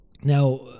Now